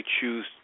choose